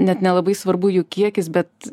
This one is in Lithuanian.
net nelabai svarbu jų kiekis bet